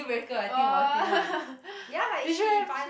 !wah! you should have sh~